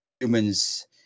humans